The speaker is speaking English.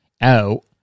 out